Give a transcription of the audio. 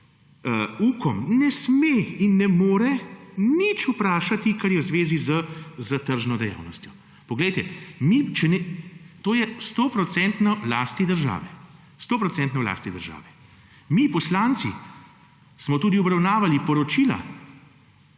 ne sme in ne more nič vprašati kar je v zvezi s tržno dejavnostjo. Poglejte, to je 100 % v lasti države. Mi poslanci smo tudi obravnavali poročila